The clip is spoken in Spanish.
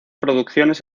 producciones